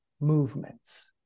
movements